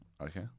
Okay